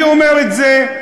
אני אומר את זה,